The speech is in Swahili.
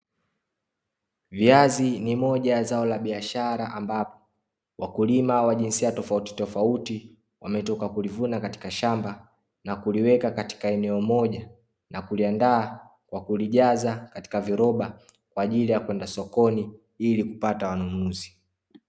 Viazi ni moja ya zao la biashara ambapo wakulima wajinsia tofauti tofauti wametoka kulivuna katika shamba na kuliweka katika eneo moja na kuliandaa kwa kulijaaza katika viroba kwa ajili ya kwenda sokoni ili kupata wanunuzi.